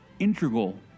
integral